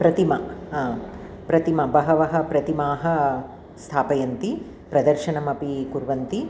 प्रतिमा हा प्रतिमा बहवः प्रतिमाः स्थापयन्ति प्रदर्शनमपि कुर्वन्ति